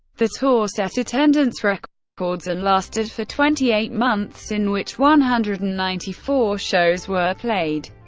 the tour set attendance records records and lasted for twenty eight months, in which one hundred and ninety four shows were played.